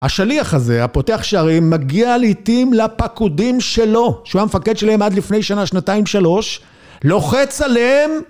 השליח הזה, הפותח שערים, מגיע לעתים לפקודים שלו, שהוא היה מפקד שלהם עד לפני שנה, שנתיים, שלוש, לוחץ עליהם...